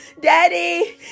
Daddy